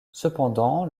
cependant